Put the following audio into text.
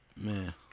Man